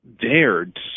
dared